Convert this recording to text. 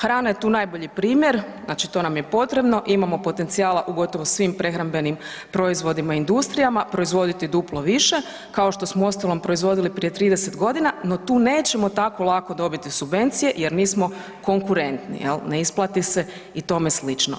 Hrana je tu najbolji primjer, znači to nam je potrebno, imamo potencijala u gotovo svim prehrambenim proizvodima i industrijama proizvoditi duplo više kao što smo uostalom proizvodili prije 30 godina no tu nećemo tako lako dobiti subvencije jer nismo konkurentni jel, ne isplati se i tome slično.